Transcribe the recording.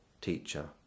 teacher